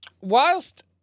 whilst